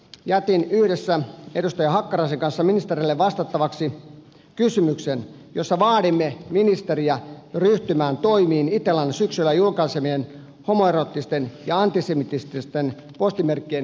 huhtikuuta jätin yhdessä edustaja hakkaraisen kanssa ministerille vastattavaksi kysymyksen jossa vaadimme ministeriä ryhtymään toimiin itellan syksyllä julkaisemien homoeroottisten ja antisemitististen postimerkkien perumiseksi